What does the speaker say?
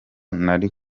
nari